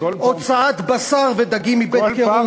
הוצאת בשר ודגים מבית-קירור,